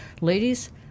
Ladies